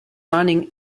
running